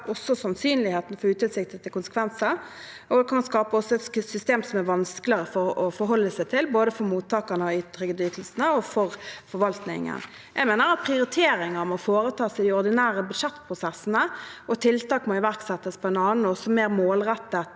øker også sannsynligheten for utilsiktede konsekvenser og kan skape et system som er vanskeligere å forholde seg til, både for mottakerne av trygdeytelsene og for forvaltningen. Jeg mener at prioriteringer må foretas i de ordinære budsjettprosessene, og at tiltak må iverksettes på en annen og mer målrettet